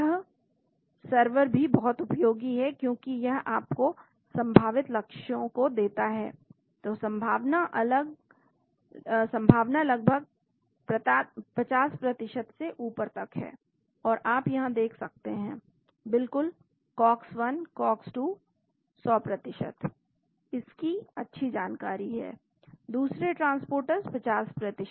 तो यह सर्वर भी बहुत उपयोगी है क्योंकि यह आपको संभावित लक्ष्यों को देता है तो संभावना लगभग 50 तक है और आप यहाँ देख सकते हैं बिल्कुल COX 1 और COX 2 100 इसकी अच्छी जानकारी है दूसरे ट्रांसपोर्टर्स 50